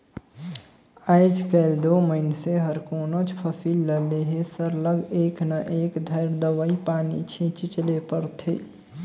आएज काएल दो मइनसे हर कोनोच फसिल ल लेहे सरलग एक न एक धाएर दवई पानी छींचेच ले परथे